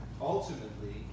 ultimately